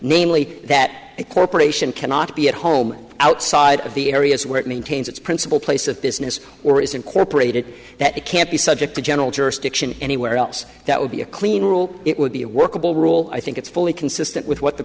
namely that a corporation cannot be at home outside of the areas where it maintains its principal place of business or is incorporated that it can't be subject to general jurisdiction anywhere else that would be a clean rule it would be a workable rule i think it's fully consistent with what the